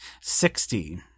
Sixty